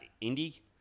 Indy